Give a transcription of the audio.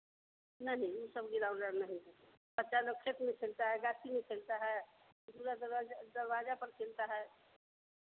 नहीं वह सब गिराउन्ड ओराउन्ड नहीं है बच्चा लोग खेत में खेलता है गासी में खेलता है झूला दरवाज़ा दरवाज़ा पर खेलता है